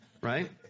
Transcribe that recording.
right